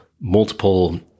multiple